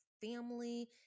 family